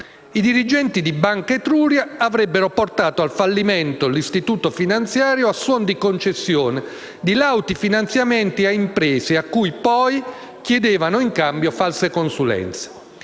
I dirigenti di Banca Etruria avrebbero portato al fallimento l'istituto finanziario a suon di concessione di lauti finanziamenti a imprese alle quali, poi, chiedevano in cambio false consulenze.